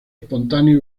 espontáneo